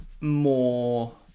more